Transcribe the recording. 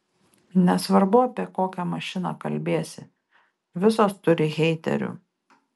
nesvarbu apie kokią mašiną kalbėsi visos turi heiterių